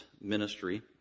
ministry